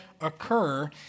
occur